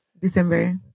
December